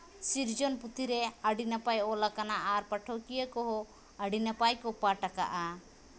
ᱥᱤᱨᱡᱚᱱ ᱯᱩᱛᱷᱤ ᱨᱮ ᱟᱹᱰᱤ ᱱᱟᱯᱟᱭ ᱚᱞ ᱠᱟᱱᱟ ᱟᱨ ᱯᱟᱴᱷᱚᱠᱤᱭᱟᱹ ᱠᱚᱦᱚᱸ ᱟᱹᱰᱤ ᱱᱟᱯᱟᱭ ᱠᱚ ᱯᱟᱴᱷ ᱠᱟᱜᱼᱟ